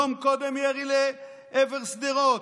יום קודם ירי לעבר שדרות,